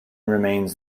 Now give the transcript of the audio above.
remains